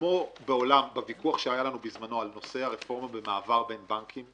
כמו בוויכוח שהיה לנו בזמנו על נושא הרפורמה במעבר בין בנקים,